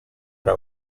era